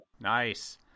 Nice